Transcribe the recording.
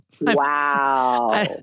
Wow